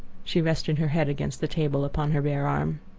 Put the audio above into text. she rested her head against the table upon her bare arm.